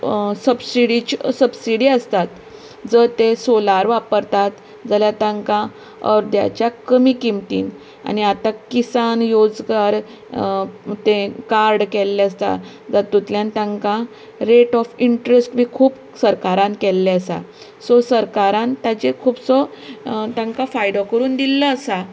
सप्सिडिच्यो subsidy आसतात जर ते सोलार वापरतात जाल्यार तांका अर्द्याच्या कमी किंमतीन आनी आता किसान योजगार तें कार्ड केल्ले आसता तातूंतल्यान तांका रेट ऑफ इंटरस्ट बी खूब सरकारान केल्लें आसा सो सरकारान ताचेर खुबसो तांकां फायदो करून दिल्लो आसा